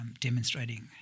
Demonstrating